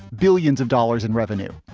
billions of dollars in revenue.